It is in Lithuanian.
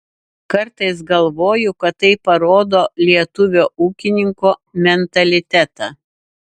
kartais galvoju kad tai parodo lietuvio ūkininko mentalitetą